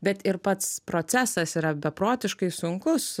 bet ir pats procesas yra beprotiškai sunkus